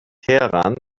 teheran